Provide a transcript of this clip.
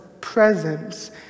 presence